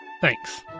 Thanks